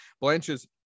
Blanche's